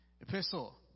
epistle